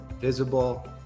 visible